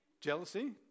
Jealousy